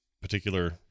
particular